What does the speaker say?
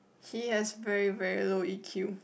he has very very low E Q